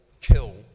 Kill